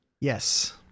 Yes